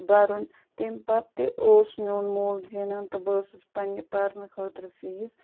بَرُن تیمہِ پَتہٕ تہِ اوس میون مول زینان تہٕ بہٕ ٲسٕس پنٛنہِ پَرنہٕ خٲطرٕ فیٖس